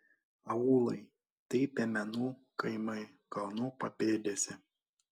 aūlai tai piemenų kaimai kalnų papėdėse